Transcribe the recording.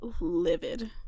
livid